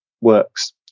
works